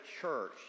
church